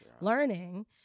learning